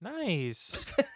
Nice